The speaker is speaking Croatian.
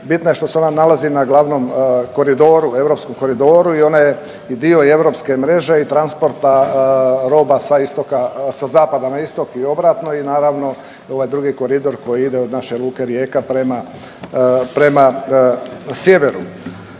bitna je što se ona nalazi na glavnom koridoru, europskom koridoru i ona je i dio europske mreže i transporta roba sa istoka, sa zapada na istok i obratno i naravno ovaj drugi koridor koji ide od naše luke Rijeka prema, prema sjeveru.